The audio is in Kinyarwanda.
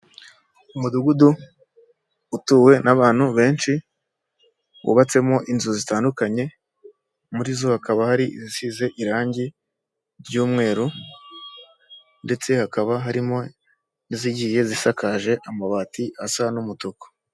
Umudugudu utuwe n'abantu benshi. Wubatsemo inzu zitandukanye, muri zo hakaba hari izisize irangi ry'umweru ndetse hakaba harimo n'izigiye zisakaje amabati asa n'umutuku.